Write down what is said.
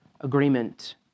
agreement